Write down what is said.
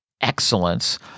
excellence